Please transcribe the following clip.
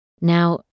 Now